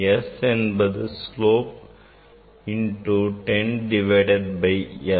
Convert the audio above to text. S என்பது slope into 10 divide by l